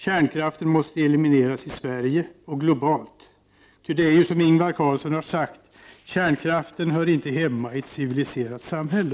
Kärnkraften måste elimineras i Sverige och globalt. Ty det är ju som Ingvar Carlsson sagt, nämligen att kärnkraften inte hör hemma i ett civiliserat samhälle.